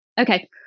Okay